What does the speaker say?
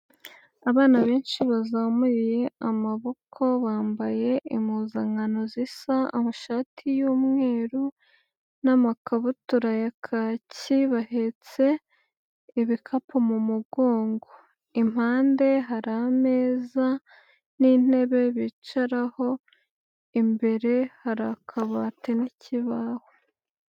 Abana benshi bazamuye amaboko bambaye impuzankano zisa amashati y'mweru n'amakabutura ya kaki bahetse ibikapu m'umugongo. Impande hari ameza n'intebe bicaraho, imbere hari akabati n'ikibaho.